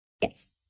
Yes